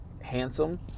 handsome